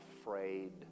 afraid